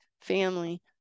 family